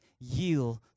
Yield